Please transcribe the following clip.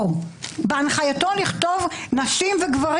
בהנחייתו אסור לכתוב נשים וגברים.